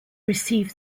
receive